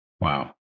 Wow